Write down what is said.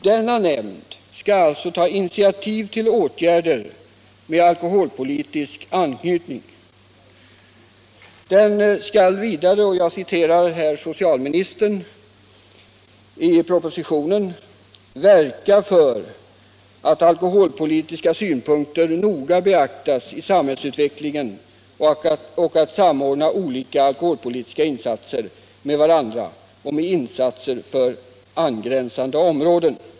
Denna nämnd skall alltså ta initiativ till åtgärder med alkoholpolitisk anknytning. Den skall vidare — jag citerar socialministern i propositionen — verka ”för att alkoholpolitiska synpunkter noga beaktas i samhällsutvecklingen och att samordna olika alkoholpolitiska insatser med varandra och med in satser på angränsande områden”.